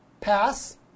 Pass